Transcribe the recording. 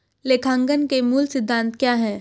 लेखांकन के मूल सिद्धांत क्या हैं?